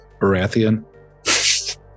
Baratheon